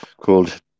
called